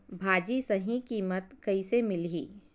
भाजी सही कीमत कइसे मिलही?